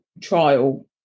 trial